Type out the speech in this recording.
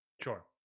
Sure